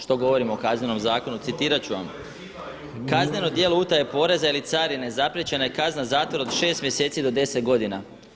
Što govorimo o Kaznenom zakonu, citirati ću vam. … [[Upadica se ne čuje.]] Kazneno djelo utaje poreza ili carine zapriječena je kazna zatvora od 6 mjeseci do 10 godina.